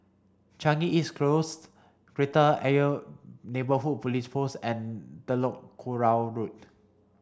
Changi East Close Kreta Ayer Neighbourhood Police Post and Telok Kurau Road